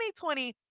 2020